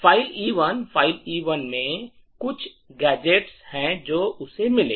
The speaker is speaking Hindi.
फाइल e1 में कुछ गैजेट्स हैं जो उसे मिले